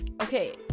okay